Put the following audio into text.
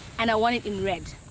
and i want it in red.